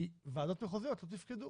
כי ועדות מחוזיות לא תפקדו,